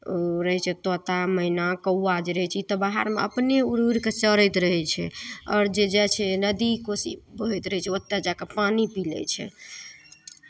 ऊ रहै छै तोता मैना कौआ जे रहै छै ई तऽ बाहरमे अपने उड़ि उड़ि कऽ चरैत रहै छै आओर जे जाइ छै नदी कोसी बहैत रहै छै ओतय जा कऽ पानि पी लै छै